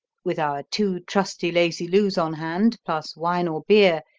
with our two trusty lazy lous on hand plus wine or beer,